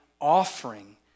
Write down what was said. offering